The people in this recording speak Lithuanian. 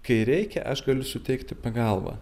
kai reikia aš galiu suteikti pagalbą